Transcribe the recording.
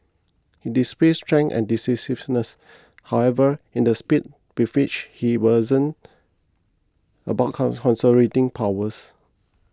he displayed strength and decisiveness however in the speed with which he wasn't about powers